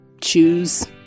choose